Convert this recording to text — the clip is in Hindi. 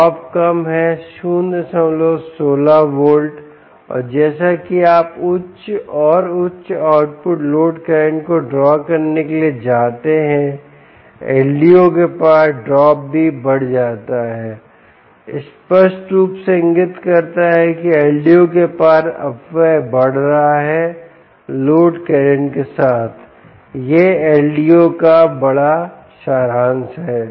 ड्रॉप कम है 016 वोल्ट और जैसा कि आप उच्च और उच्च आउटपुट लोड करंट को ड्रॉ करने के लिए जाते हैं LDO के पार ड्रॉप भी बढ़ जाता है स्पष्ट रूप से इंगित करता है कि LDO के पार अपव्यय बढ़ रहा है लोड करंट के साथ यह LDO का बड़ा सारांश है